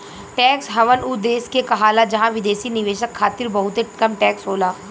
tax haven उ देश के कहाला जहां विदेशी निवेशक खातिर बहुते कम टैक्स होला